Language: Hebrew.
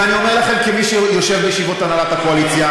ואני אומר לכם כמי שיושב בישיבות הנהלת הקואליציה